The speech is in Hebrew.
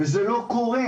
וזה לא קורה.